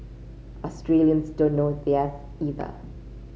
Australians don't know theirs either